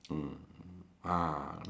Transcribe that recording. mm ah